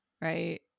Right